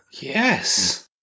yes